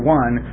one